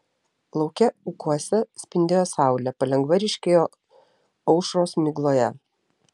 lauke ūkuose spindėjo saulė palengva ryškėjo aušros migloje